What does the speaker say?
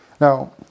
Now